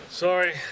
Sorry